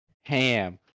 ham